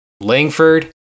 Langford